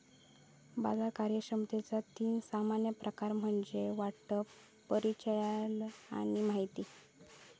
बाजार कार्यक्षमतेचा तीन सामान्य प्रकार म्हणजे वाटप, परिचालन आणि माहिती